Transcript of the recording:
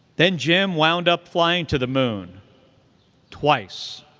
then jim wound up flying to the moon twice.